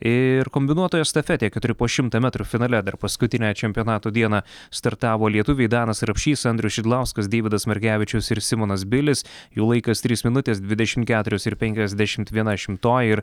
ir kombinuotoje estafetėje keturi po šimtą metrų finale dar paskutinę čempionato dieną startavo lietuviai danas rapšys andrius šidlauskas deividas margevičius ir simonas bilis jų laikas trys minutės dvidešimt keturios ir penkiasdešimt viena šimtoji ir